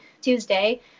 Tuesday